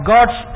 God's